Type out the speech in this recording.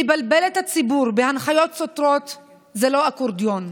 לבלבל את הציבור בהנחיות סותרות זה לא אקורדיון,